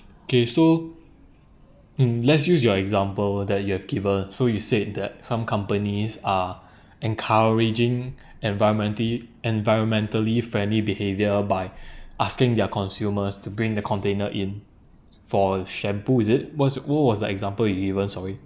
kay so mm let's use your example that you have given so you said that some companies are encouraging environmenti~ environmentally friendly behaviour by asking their consumers to bring the container in for shampoo is it what's what was the example you given sorry